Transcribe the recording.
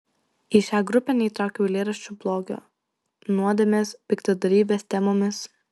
į šią grupę neįtraukiau eilėraščių blogio nuodėmės piktadarybės temomis